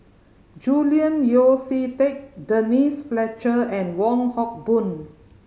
Julian Yeo See Teck Denise Fletcher and Wong Hock Boon